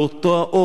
לאותו אות.